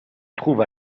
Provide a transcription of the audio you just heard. trouvent